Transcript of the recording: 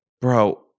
bro